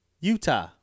Utah